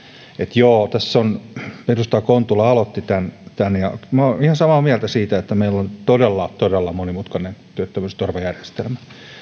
edustaja kontula aloitti tämän ja minä olen ihan samaa mieltä siitä että meillä on todella todella monimutkainen työttömyysturvajärjestelmä olen